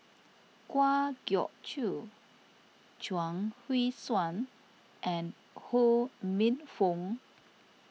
Kwa Geok Choo Chuang Hui Tsuan and Ho Minfong